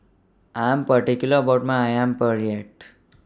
I Am particular about My Ayam Penyet